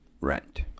rent